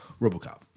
Robocop